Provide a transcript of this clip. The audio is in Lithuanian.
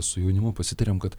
su jaunimu pasitarėm kad